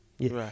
Right